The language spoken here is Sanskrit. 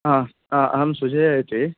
अहं सुजयः इति